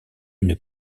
une